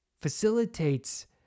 facilitates